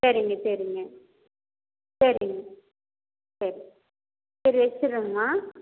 சரிங்க சரிங்க சரிங்க சரி சரி வச்சுறங்கம்மா